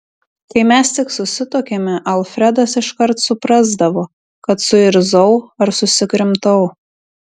kai mes tik susituokėme alfredas iškart suprasdavo kad suirzau ar susikrimtau